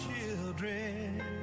children